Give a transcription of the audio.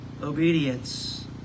obedience